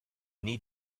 need